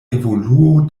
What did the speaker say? evoluo